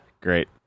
great